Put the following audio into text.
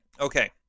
Okay